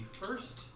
first